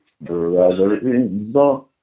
Brother-in-law